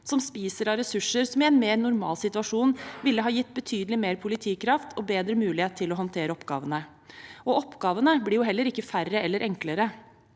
som spiser av ressurser som i en mer normal situasjon ville ha gitt betydelig mer politikraft og bedre mulighet til å håndtere oppgavene. Oppgavene blir heller ikke færre eller enklere.